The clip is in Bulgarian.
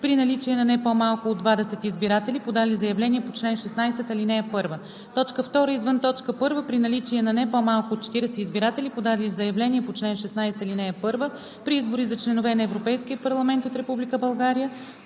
при наличие на не по-малко от 20 избиратели, подали заявление по чл. 16, ал. 1; 2. извън т. 1 – при наличие на не по-малко от 40 избиратели, подали заявление по чл. 16, ал. 1; при избори за членове на Европейския парламент от Република България